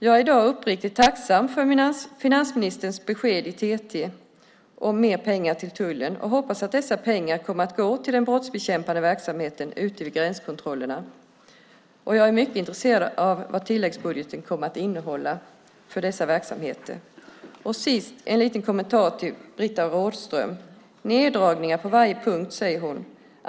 Jag är i dag uppriktigt tacksam för finansministerns besked i TT om mer pengar till tullen och hoppas att dessa pengar kommer att gå till den brottsbekämpande verksamheten ute vid gränskontrollerna, och jag är mycket intresserad av vad tilläggsbudgeten kommer att innehålla för dessa verksamheter. Till sist har jag en liten kommentar till Britta Rådström. Hon säger att det är neddragningar på varje punkt.